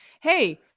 hey